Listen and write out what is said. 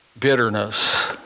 Bitterness